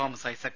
Thomas Isaac